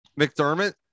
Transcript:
McDermott